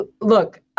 look